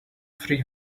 free